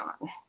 on